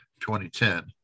2010